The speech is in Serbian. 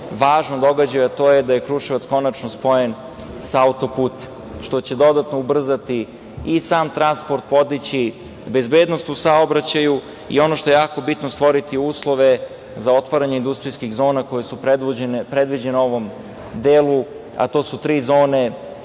važnom događaju, a to je da je Kruševac konačno spojen sa auto-putem, što će dodatno ubrzati i sam transport, podići bezbednost u saobraćaju i ono što je jako bitno, stvoriti uslove za otvaranje industrijskih zona koje su predviđene u ovom delu, a to su tri zone,